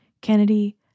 Kennedy